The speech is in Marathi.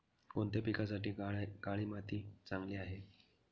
कोणत्या पिकासाठी काळी माती चांगली आहे?